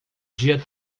dia